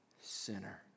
sinner